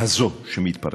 הזאת שמתפרקת,